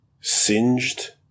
Singed